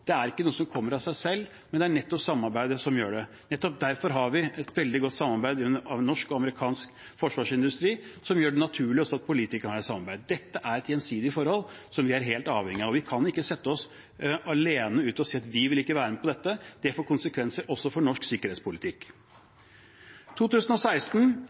kommer av seg selv – det er samarbeidet som gjør det. Nettopp derfor har vi et veldig godt samarbeid mellom norsk og amerikansk forsvarsindustri, som gjør det naturlig at også politikerne samarbeider. Dette er et gjensidig forhold som vi er helt avhengig av. Vi kan ikke sette oss alene og si at vi ikke vil være med på dette. Det får konsekvenser også for norsk sikkerhetspolitikk. 2016